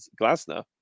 Glasner